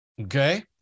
okay